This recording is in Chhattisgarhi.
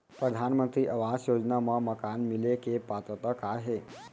परधानमंतरी आवास योजना मा मकान मिले के पात्रता का हे?